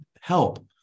help